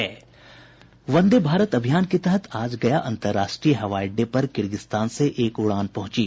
वंदे भारत अभियान के तहत आज गया अंतर्राष्ट्रीय हवाई अड्डे पर किगिग्स्तान से एक उड़ान पहुंचयी